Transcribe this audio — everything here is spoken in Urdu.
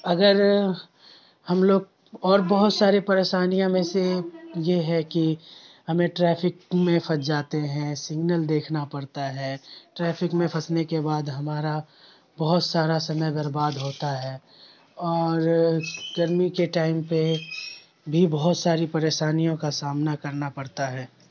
اگر ہم لوگ اور بہت سارے پریشانیاں میں سے یہ ہے کہ ہمیں ٹریفک میں پھنس جاتے ہیں سگنل دیکھنا پڑتا ہے ٹریفک میں پھنسنے کے بعد ہمارا بہت سارا سمے برباد ہوتا ہے اور گرمی کے ٹائم پہ بھی بہت ساری پریشانیوں کا سامنا کرنا پڑتا ہے